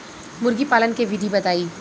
मुर्गीपालन के विधी बताई?